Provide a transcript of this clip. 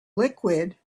liquid